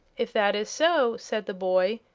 if that is so, said the boy,